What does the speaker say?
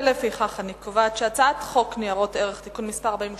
לפיכך אני קובעת שהצעת חוק ניירות ערך (תיקון מס' 42),